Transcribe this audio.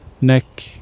neck